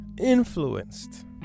influenced